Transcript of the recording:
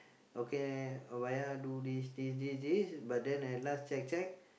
okay do this this this this but then at last check check